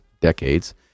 decades